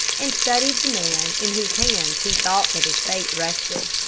and studied the man in whose hands he thought that his fate rested.